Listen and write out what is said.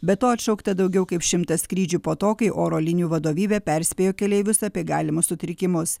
be to atšaukta daugiau kaip šimtas skrydžių po to kai oro linijų vadovybė perspėjo keleivius apie galimus sutrikimus